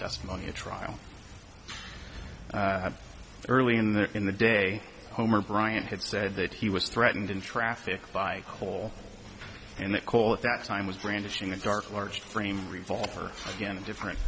testimony at trial early in the in the day homer bryant had said that he was threatened in traffic by cole and that cole at that time was brandishing a dark large frame revolver again a different